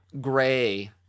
gray